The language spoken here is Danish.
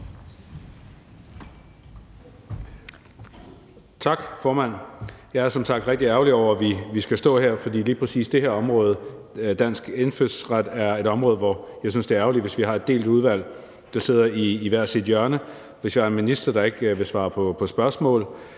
Tak, formand. Jeg er som sagt rigtig ærgerlig over, at vi skal stå her. For lige præcis det her område – dansk indfødsret – er et område, hvor jeg synes, det er ærgerligt, hvis vi har et delt udvalg, der sidder i hver sit hjørne, hvis vi har en minister, der ikke vil svare på spørgsmål,